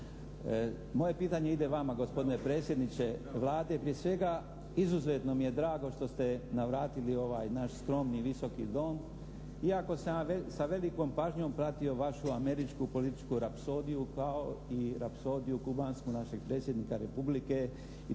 Moje pitanje ide vama gospodine predsjedniče Vlade. Prije svega, izuzetno mi je drago što ste navratili u ovaj naš skromni Visoki dom iako sam ja sa velikom pažnjom pratio vašu američku političku rapsodiju kao i rapsodiju kubansku našeg Predsjednika Republike